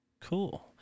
Cool